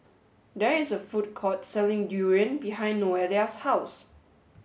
there is a food court selling durian behind Noelia's house